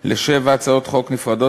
לשבע הצעות חוק נפרדות,